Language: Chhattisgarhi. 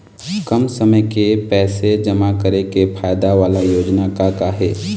कम समय के पैसे जमा करे के फायदा वाला योजना का का हे?